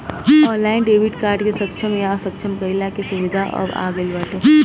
online debit card के सक्षम या असक्षम कईला के सुविधा अब आ गईल बाटे